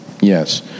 Yes